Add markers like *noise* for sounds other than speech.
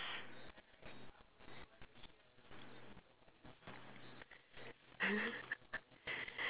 *laughs*